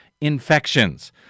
infections